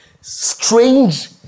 strange